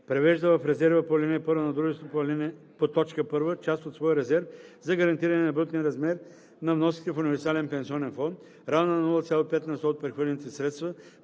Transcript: превежда в резерва по ал. 1 на дружеството по т. 1 част от своя резерв за гарантиране на брутния размер на вноските в универсален пенсионен фонд, равна на 0,5 на сто от прехвърлените средства